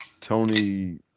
tony